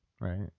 Right